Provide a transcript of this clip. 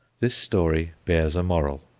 this story bears a moral.